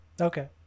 Okay